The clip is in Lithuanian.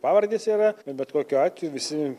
pavardės yra ir bet kokiu atveju visi